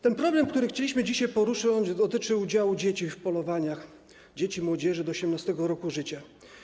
Ten problem, który chcieliśmy dzisiaj poruszyć, dotyczy udziału dzieci w polowaniach, dzieci, młodzieży do 18. roku życia.